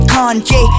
Kanye